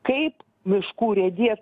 kaip miškų urėdija